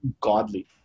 godly